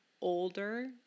older